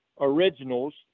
originals